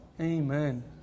Amen